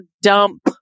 dump